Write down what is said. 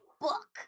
book